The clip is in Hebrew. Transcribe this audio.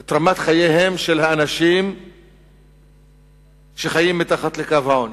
את רמת חייהם של האנשים שחיים מתחת לקו העוני,